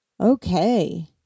Okay